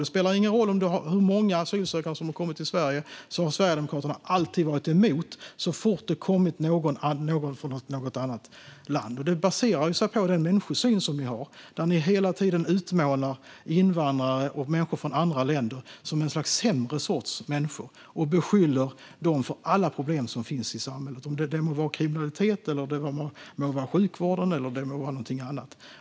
Det spelar ingen roll hur många asylsökande som har kommit till Sverige; så fort det har kommit någon från ett annat land har Sverigedemokraterna alltid varit emot det. Det baserar sig på den människosyn ni har där ni hela tiden utmålar invandrare och människor från andra länder som en sämre sorts människor. Ni beskyller dem för alla problem som finns i samhället, om det så gäller kriminalitet, sjukvården eller något annat.